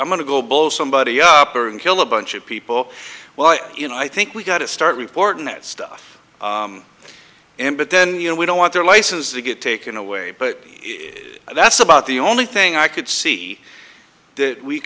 i'm going to go blow somebody up or kill a bunch of people well i you know i think we got to start reporting that stuff and but then you know we don't want their license to get taken away but that's about the only thing i could see that we